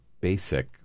basic